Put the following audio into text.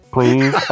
Please